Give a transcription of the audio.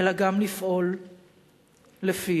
אלא גם לפעול לפיו.